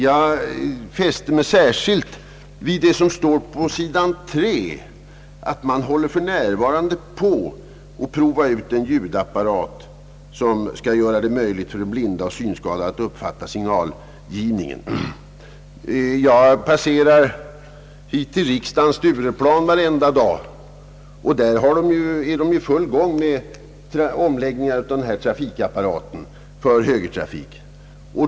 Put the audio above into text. Jag fäste mig här särskilt vid det som står senare i svaret, att man för närvarande håller på att prova ut en ljudapparat som skall göra det möjligt för de blinda och synskadade att uppfatta signalgivningen. Jag passerar Stureplan på väg till riksdagen varje dag. Där är man i full gång med omläggning av trafikapparaten för högertrafik.